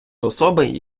особи